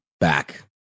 back